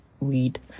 read